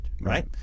right